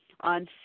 on